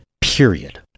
period